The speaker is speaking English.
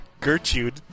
Gertrude